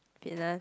fitness